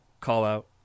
call-out